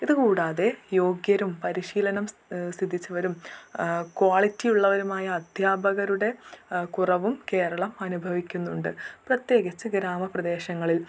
ഇത് കൂടാതെ യോഗ്യരും പരിശീലനം സിദ്ധിച്ചവരും ക്വാളിറ്റിയുള്ളവരുമായ അധ്യാപകരുടെ കുറവും കേരളം അനുഭവിക്കുന്നുണ്ട് പ്രത്യേകിച്ച് ഗ്രാമപ്രദേശങ്ങളിൽ